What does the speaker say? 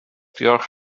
diolch